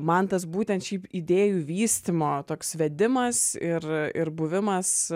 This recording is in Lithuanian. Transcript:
man tas būtent šį idėjų vystymo toks vedimas ir ir buvimas